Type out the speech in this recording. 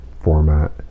format